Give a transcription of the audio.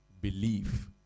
belief